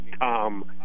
Tom